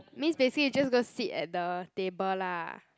means basically you're just gonna sit at the table lah